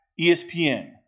ESPN